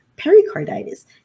Pericarditis